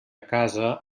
casa